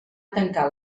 tancar